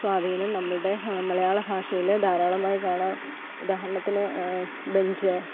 സ്വാധീനം നമ്മളുടെ മലയാള ഭാഷയിൽ ധാരാളമായി കാണാം ഉദാഹരണത്തിന് ബെഞ്ച്